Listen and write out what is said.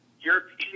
European